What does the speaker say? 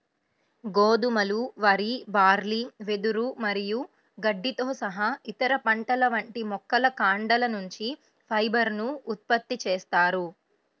గోధుమలు, వరి, బార్లీ, వెదురు మరియు గడ్డితో సహా ఇతర పంటల వంటి మొక్కల కాండాల నుంచి ఫైబర్ ను ఉత్పత్తి చేస్తారు